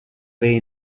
way